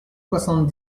soixante